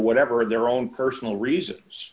whatever their own personal reasons